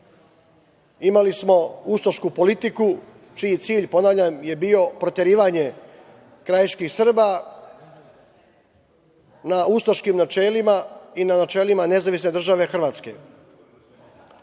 imali smo ustašku politiku čiji cilj, ponavljam, bio je proterivanje krajiških Srba na ustaškim načelima i na načelima Nezavisne Države Hrvatske. Ja